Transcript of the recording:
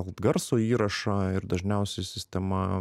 garso įrašą ir dažniausiai sistema